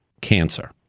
cancer